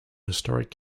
historic